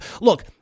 Look